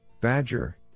Badger